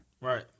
Right